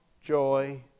joy